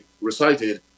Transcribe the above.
recited